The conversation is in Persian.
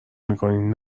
میکنین